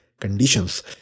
conditions